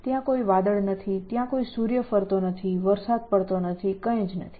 ત્યાં કોઈ વાદળ નથી ત્યાં કોઈ સૂર્ય ફરતો નથી વરસાદ પડતો નથી કંઈ નથી